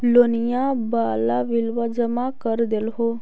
लोनिया वाला बिलवा जामा कर देलहो?